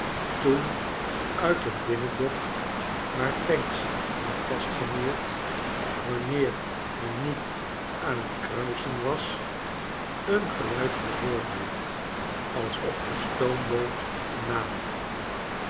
toen uit het binnendok waar pancks lag vastgemeerd wanneer hij niet aan het kruisen was een geluid gehoord werd alsof de stoomboot naderde